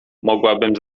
mogłabym